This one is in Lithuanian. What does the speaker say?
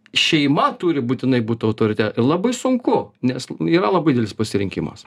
šeima turi būtinai būt autorite labai sunku nes yra labai didelis pasirinkimas